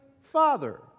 Father